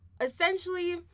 Essentially